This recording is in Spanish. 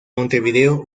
montevideo